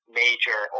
major